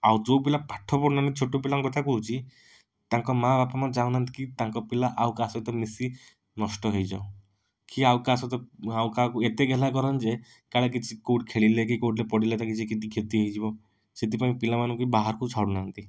ଆଉ ଯେଉଁ ପିଲାମାନେ ପାଠ ପଢ଼଼ୁ ନାହାଁନ୍ତି ଛୋଟପିଲା ଙ୍କ କଥା କହୁଛି ତାଙ୍କ ମାଁ ବାପା ମାନେ ଚାହୁଁ ନାହାଁନ୍ତି କି ତାଙ୍କ ପିଲା ଆଉ କାହା ସହିତ ମିଶି ନଷ୍ଟ ହେଇଯାଉ କି ଆଉ କାହା ସହିତ ଆଉ କାହାକୁ ଏତେ ଗେଲ୍ଲା କରନ୍ତି ଯେ କାଳେ କିଛି କେଉଁଠି ଖେଳିଲେ କି କେଉଁଠି ପଡ଼ିଲେ ତାର କିଛି କ୍ଷତି ହେଇଯିବ ସେଥିପାଇଁ ପିଲାମାନଙ୍କୁ ବାହାରକୁ ଛାଡ଼ୁ ନାହାଁନ୍ତି